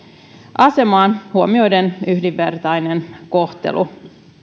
asemaan huomioiden yhdenvertaisen kohtelun